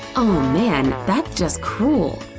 oh man! that's just cruel!